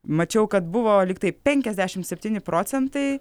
mačiau kad buvo lyg tai penkiasdešimt septyni procentai